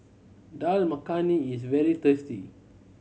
Dal Makhani is very tasty